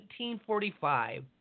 1945